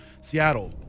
Seattle